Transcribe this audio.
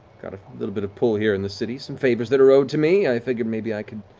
got a little bit of pull here in the city, some favors that're owed to me, i figured maybe i could